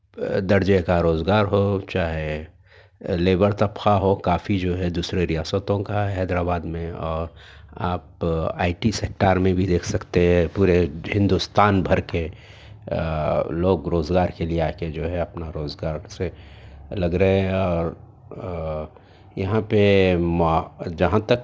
درجے کا روزگار ہو چاہے لیبر طبقہ ہو کافی جو ہے دوسرے ریاستوں کا حیدرآباد میں اور آپ آئی ٹی سیکٹر میں بھی دیکھ سکتے ہے پورے ہندوستان بھر کے لوگ روزگار کے لئے آ کے جو ہے اپنا روزگار سے لگ رہے ہے اور یہاں پہ جہاں تک